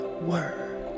word